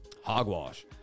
Hogwash